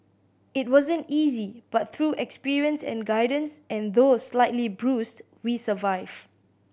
it wasn't easy but through experience and guidance and though slightly bruised we survive